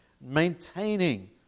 maintaining